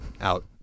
out